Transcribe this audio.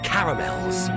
Caramels